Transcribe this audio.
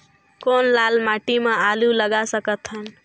कौन लाल माटी म आलू लगा सकत हन?